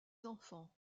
enfants